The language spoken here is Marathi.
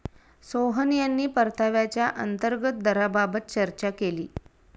सोहन यांनी परताव्याच्या अंतर्गत दराबाबत चर्चा केली